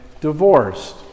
divorced